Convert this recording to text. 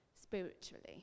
spiritually